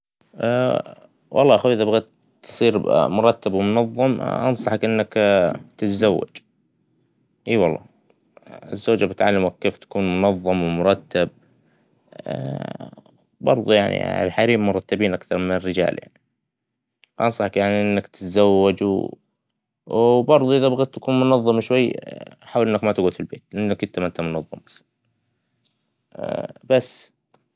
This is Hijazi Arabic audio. والله أخوى إذا بغيت تصير مرتب ومنظم أنصحك إنك تتزوج أى والله ، الزوجة بتعلمك كيف بتكون منظم ومرتب ، بردوا يعنى الحريم مرتبين أكثر من الرجال ، أنصحك يعنى إنك تتزوج ، وبردوا إذا بغيت تكون منظم شوى حاول إنك ما تقعد فى البيت ، إنك إنت مانت منظم بس.